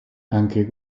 anche